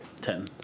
Ten